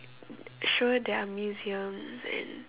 sure there are museums and